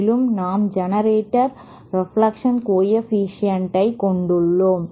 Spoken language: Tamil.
மேலும் நாம் ஜெனரேட்டர் ரெப்லக்ஷன் கோஎஃபீஷியேன்ட் ஐ கொண்டுள்ளோம்